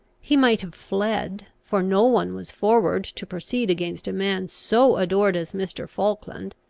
he might have fled for no one was forward to proceed against a man so adored as mr. falkland,